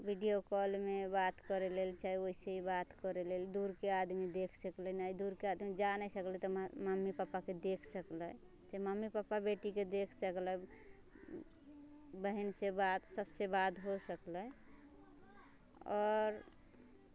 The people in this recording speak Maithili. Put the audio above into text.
वीडियो कॉलमे बात करै लेल चाहे वैसे ही बात करै लेल दूरके आदमी देख सकलै ने दूरके आदमी जा नहि सकलै तऽ मम्मी पापाके देख सकलै जे मम्मी पापा बेटीके देख सकलक बहनसँ बात सभसँ बात हो सकलै आओर